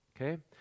Okay